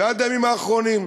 ועד הימים האחרונים.